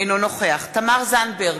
אינו נוכח תמר זנדברג,